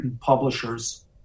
publishers